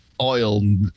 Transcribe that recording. oil